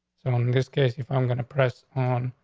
um in this case, if i'm going to press, um,